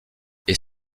est